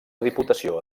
diputació